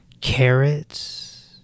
carrots